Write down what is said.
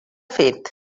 fet